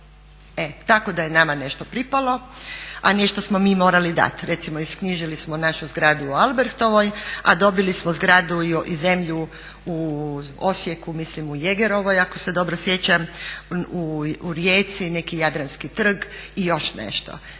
E tako da je nama nešto pripalo, a nešto smo mi morali dati. Recimo izknjižili smo našu zgradu u Albrechtovoj, a dobili smo zgradu i zemlju u Osijeku mislim u Jegerovoj ako se dobro sjećam, u Rijeci neki Jadranski trg i još nešto.